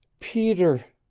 peter,